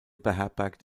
beherbergt